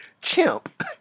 chimp